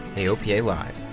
aopa live.